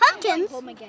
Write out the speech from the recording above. Pumpkins